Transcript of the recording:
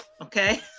Okay